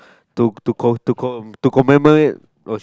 to to com to com to commemorate was